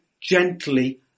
gently